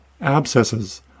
abscesses